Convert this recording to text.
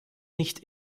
nicht